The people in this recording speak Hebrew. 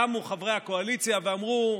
קמו חברי הקואליציה ואמרו: